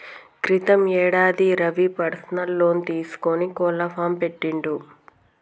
క్రితం యేడాది Ravi personal loan తీసుకొని కోళ్ల ఫాం పెట్టిండు